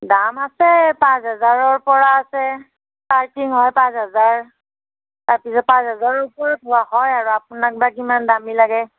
দাম আছে পাঁচ হাজাৰৰ পৰা আছে ষ্টাৰ্টিং হয় পাঁচ হাজাৰ তাৰপিছত পাঁচ হাজাৰৰ ওপৰত হয় আৰু আপোনাক বা কিমান দামী লাগে